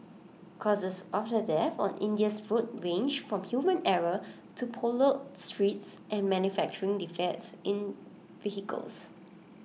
causes of the deaths on India's roads range from human error to potholed streets and manufacturing defects in vehicles